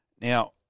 Now